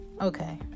okay